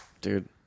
Dude